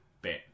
bit